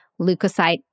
leukocyte